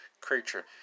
creature